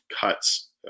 cuts